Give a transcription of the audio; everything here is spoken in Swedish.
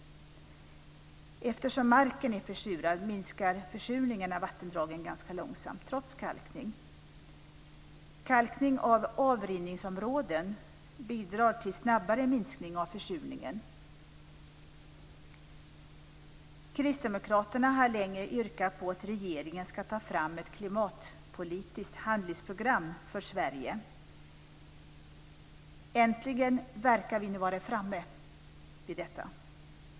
Eftersom marken är försurad minskar försurningen av vattendragen ganska långsamt, trots kalkning. Kalkning av avrinningsområden bidrar till snabbare minskning av försurningen. Kristdemokraterna har länge yrkat att regeringen ska ta fram ett klimatpolitiskt handlingsprogram för Sverige. Äntligen verkar vi nu vara framme vid detta.